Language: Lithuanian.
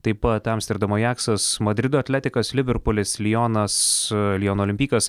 taip pat amsterdamo ajaksas madrido atletikas liverpulis lionas liono olimpykas